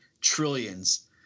trillions